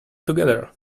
together